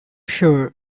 sure